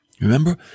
Remember